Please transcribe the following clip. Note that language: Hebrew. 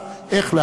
גבירותי ורבותי,